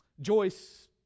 Joyce